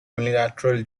unilateral